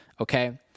Okay